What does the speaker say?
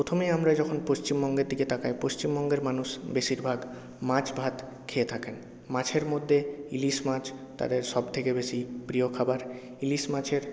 প্রথমেই আমরা যখন পশ্চিমবঙ্গের দিকে তাকাই পশ্চিমবঙ্গের মানুষ বেশিরভাগ মাছ ভাত খেয়ে থাকেন মাছের মধ্যে ইলিশ মাছ তাদের সব থেকে বেশি প্রিয় খাবার ইলিশ মাছের